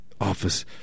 Office